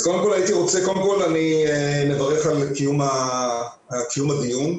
מברך על קיום הדיון.